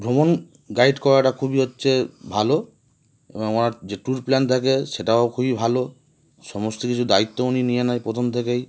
ভ্রমণ গাইড করাটা খুবই হচ্ছে ভালো এবং আমার যে ট্যুর প্ল্যান থাকে সেটাও খুবই ভালো সমস্ত কিছু দায়িত্ব উনি নিয়ে নেয় প্রথম থেকেই